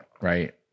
right